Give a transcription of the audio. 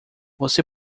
você